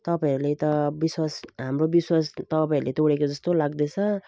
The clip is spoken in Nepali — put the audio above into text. तपाईँहरूले त विश्वास हाम्रो विश्वास तपाईँहरूले तोडेको जस्तो लाग्दैछ